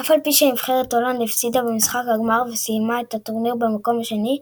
אף על פי שנבחרת הולנד הפסידה במשחק הגמר וסיימה את הטורניר במקום השני,